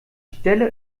stelle